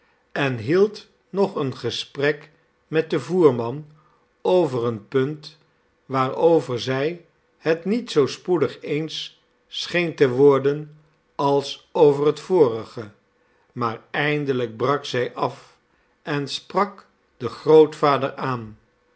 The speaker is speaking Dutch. en hield nog een gesprek met den voerman over een punt waarover zij het niet zoo spoedig eens scheen te worden als over het vorige maar eindelijk brak zij af en sprak den grootvader aan